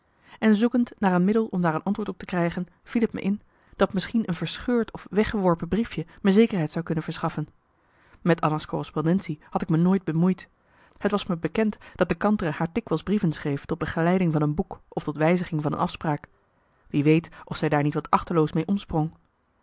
en zoekend naar een middel om daar een antwoord op te krijgen viel t me in dat misschien een vermarcellus emants een nagelaten bekentenis scheurd of weggeworpen briefje me zekerheid zou kunnen verschaffen met anna's correspondentie had ik me nooit bemoeid het was me bekend dat de kantere haar dikwijls brieven schreef tot begeleiding van een boek of tot wijziging van een afspraak wie weet of zij daar niet wat achteloos mee omsprong